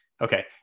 Okay